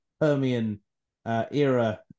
Permian-era